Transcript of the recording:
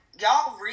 y'all